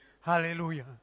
Hallelujah